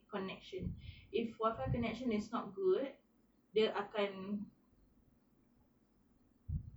connection if wi-fi connection is not good dia akan